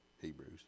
Hebrews